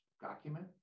document